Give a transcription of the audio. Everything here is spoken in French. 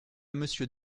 monsieur